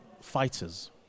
fighters